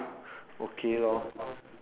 okay lor